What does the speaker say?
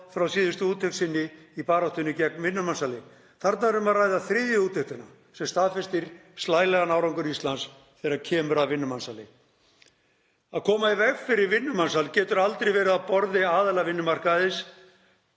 frá síðustu úttekt sinni í baráttunni gegn vinnumansali. Þarna er um að ræða þriðju úttektina sem staðfestir slælegan árangur Íslands þegar kemur að vinnumansali. Að koma í veg fyrir vinnumansal getur aldrei verið á borði aðila vinnumarkaðarins